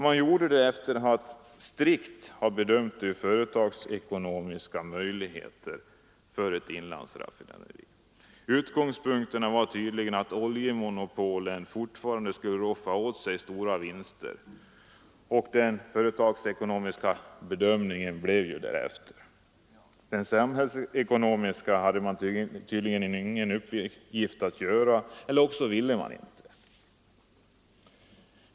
Man gjorde det efter att strikt ha bedömt de företagsekonomiska möjligheterna för ett inlandsraffinaderi, Utgångspunkterna var tydligen att oljemonopolen fortfarande skulle roffa åt sig stora vinster, och den företagsekonomiska bedömningen blev därefter. Den samhällsekonomiska hade man tydligen inte fått i uppgift att göra, eller också ville man inte.